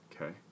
Okay